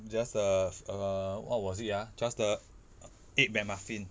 just uh uh what was it ah just the egg mcmuffin